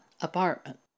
apartment